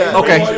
okay